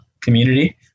community